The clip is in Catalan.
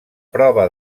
prova